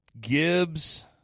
Gibbs